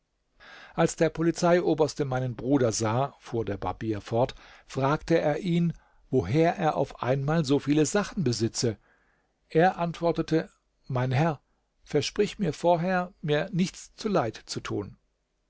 als der polizeioberste meinen bruder sah fuhr der barbier fort fragte er ihn woher er auf einmal so viele sachen besitze er antwortete mein herr versprich mir vorher mir nichts zuleid zu tun